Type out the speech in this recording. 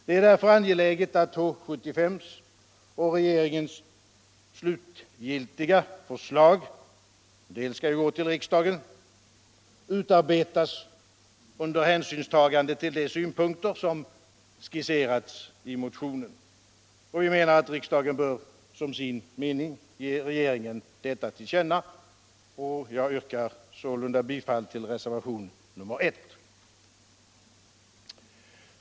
Det är därför angeläget aut H 75:s och regeringens slutgiltiga förslag, som skall föreläggas riksdagen, utformas under hänsynstagande till de synpunkter som har skisserats i motionen. Riksdagen bör som sin mening ge regeringen detta till känna. Jag yrkar sålunda bifall till reservationen 1.